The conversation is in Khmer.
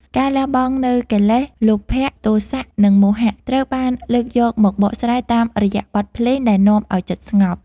ការលះបង់នូវកិលេស លោភៈ ទោសៈ និងមោហៈ ត្រូវបានលើកយកមកបកស្រាយតាមរយៈបទភ្លេងដែលនាំឱ្យចិត្តស្ងប់